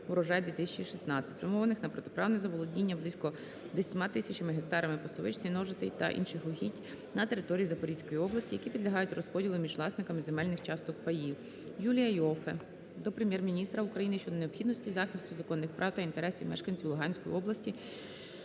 "Урожай-2016", спрямованого на протиправне заволодіння близько 10000 гектарами пасовищ, сіножатей та інших угідь на території Запорізької області, які підлягають розподілу між власниками земельних часток (паїв). Юлія Іоффе до Прем'єр-міністра України щодо необхідності захисту законних прав та інтересів мешканців Луганської області,